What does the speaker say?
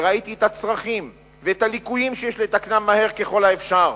וראיתי את הצרכים ואת הליקויים שיש לתקנם מהר ככל האפשר,